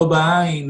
לא בעין,